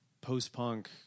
post-punk